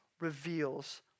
reveals